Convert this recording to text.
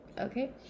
Okay